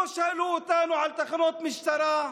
לא שאלו אותנו על תחנות משטרה,